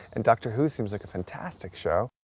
and doctor who seems like a fantastic show.